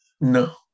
No